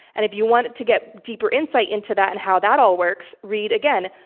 and if you want to get deeper insight into that and how that all works. read, again,